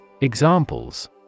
Examples